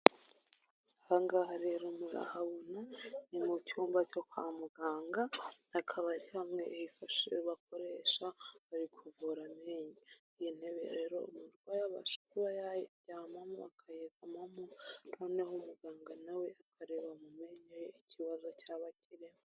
Aha ngaha rero murahabona, ni mu cyumba cyo kwa muganga. Akaba ari hamwe bakoresha bari kuvura amenyo, iyi ntebe rero umurwayi abasha kuba yayiryamamo akayegamamo. Noneho muganga nawe akareba mu menye ye ikibazo cyaba kirimo.